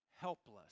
helpless